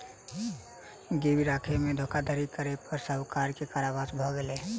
गिरवी राखय में धोखाधड़ी करै पर साहूकार के कारावास भ गेलैन